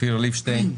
אופיר ליבשטיין.